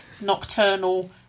nocturnal